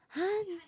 !huh!